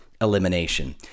elimination